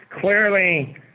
Clearly